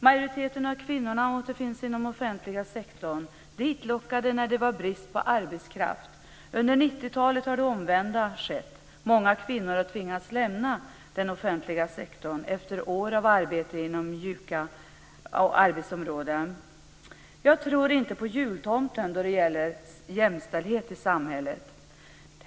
Majoriteten av kvinnorna återfinns inom offentliga sektorn, ditlockade när det var brist på arbetskraft. Under 90-talet har det omvända skett. Många kvinnor har tvingats lämna den offentliga sektorn efter år av arbete inom mjuka arbetsområden. Jag tror inte på jultomten då det gäller jämställdhet i samhället.